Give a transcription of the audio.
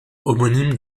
homonyme